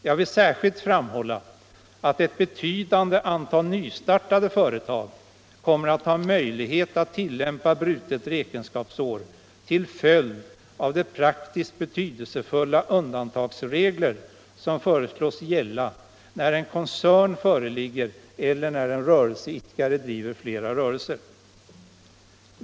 Jag vill särskilt framhålla att ett betydande antal nystartade företag kommer att ha möjlighet att tillämpa brutet räkenskapsår till följd av de praktiskt betydelsefulla undantagsregler som föreslås gälla när en koncern föreligger eller när en rörelseidkare driver flera rörelser.